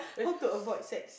how to avoid sex